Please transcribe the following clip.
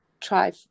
try